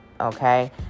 Okay